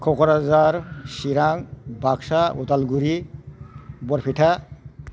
Kokrajhar Chirang Baksa Udalguri Barpeta